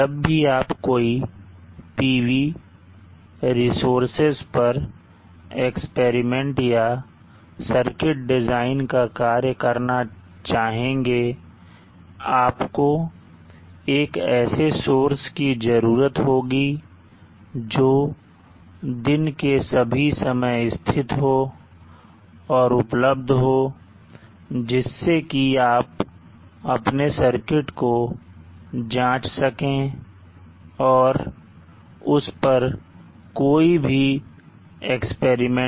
जब भी आप कोई PV रिसोर्सेज पर एक्सपेरिमेंट या सर्किट डिजाइन का कार्य करना चाहेंगे आपको एक ऐसे सोर्स की जरूरत होगी जो दिन के सभी समय स्थित हो और उपलब्ध हो जिससे कि आप अपने सर्किट को जांच सकें और उस पर कोई भी प्रयोग कर सकें